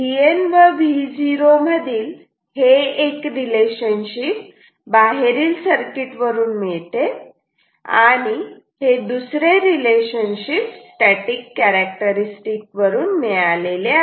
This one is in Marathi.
आता आपल्याला Vn व Vo मधील हे एक रिलेशनशिप बाहेरील सर्किट वरून मिळते आणि हे दुसरे रिलेशनशिप स्टॅटिक कॅरेक्टरस्टिक्स वरून मिळालेले आहे